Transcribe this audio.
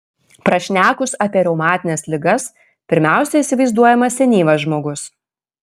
prašnekus apie reumatines ligas pirmiausia įsivaizduojamas senyvas žmogus